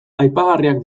aipagarriak